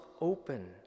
open